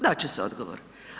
Dat će se odgovor.